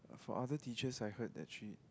for other teachers I heard that she